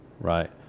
right